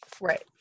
Right